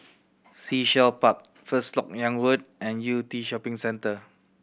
Sea Shell Park First Lok Yang Road and Yew Tee Shopping Centre